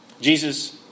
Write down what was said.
Jesus